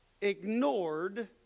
ignored